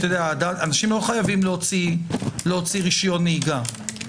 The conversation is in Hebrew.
אנשים לא חייבים להוציא רשיון נהיגה.